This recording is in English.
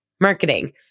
marketing